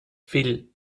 fill